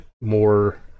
more